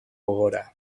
gogora